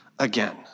Again